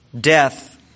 death